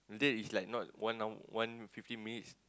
late is like not one hour one fifteen minutes